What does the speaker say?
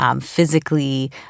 physically